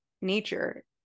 nature